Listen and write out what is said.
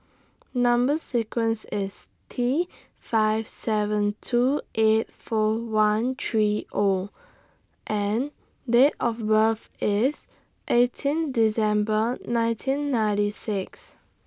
Number sequence IS T five seven two eight four one three O and Date of birth IS eighteen December nineteen ninety six